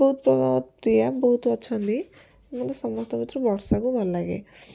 ବହୁତ ପ୍ରକାର ପ୍ରିୟା ବହୁତ ଅଛନ୍ତି ମୋତେ ସମସ୍ତଙ୍କ ଭିତରୁ ବର୍ଷାକୁ ଭଲ ଲାଗେ